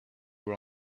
were